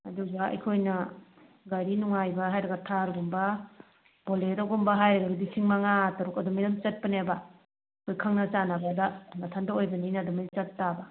ꯑꯗꯨꯒ ꯑꯩꯈꯣꯏꯅ ꯒꯥꯔꯤ ꯅꯨꯡꯉꯥꯏꯕ ꯍꯥꯏꯔꯒ ꯊꯥꯔꯒꯨꯝꯕ ꯕꯣꯂꯦꯔꯣꯒꯨꯝꯕ ꯍꯥꯏꯔꯒꯕꯨꯗꯤ ꯂꯤꯁꯤꯡ ꯃꯉꯥ ꯇꯔꯨꯛ ꯑꯗꯨꯃꯥꯏꯅ ꯑꯗꯨꯝ ꯆꯠꯄꯅꯦꯕ ꯑꯗꯣ ꯈꯪꯅ ꯆꯥꯟꯅꯕꯗ ꯅꯊꯟꯗ ꯑꯣꯏꯕꯅꯤꯅ ꯑꯗꯨꯃꯥꯏꯅ ꯆꯠꯄ ꯇꯕ